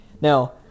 now